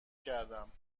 کردم